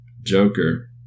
Joker